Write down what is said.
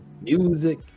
music